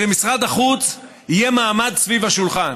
שלמשרד החוץ יהיה מעמד סביב השולחן.